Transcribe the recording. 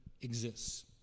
exists